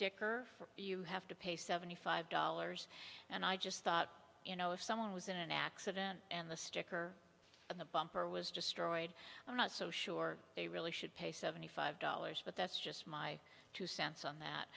or you have to pay seventy five dollars and i just thought you know if someone was in an accident and the sticker on the bumper was destroyed i'm not so sure they really should pay seventy five dollars but that's just my two cents on that